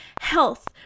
health